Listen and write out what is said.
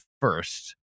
first